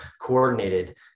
coordinated